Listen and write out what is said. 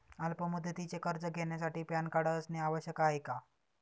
अल्प मुदतीचे कर्ज घेण्यासाठी पॅन कार्ड असणे आवश्यक आहे का?